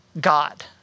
God